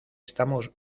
estamos